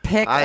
Pick